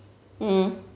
mm